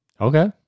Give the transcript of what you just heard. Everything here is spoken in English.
Okay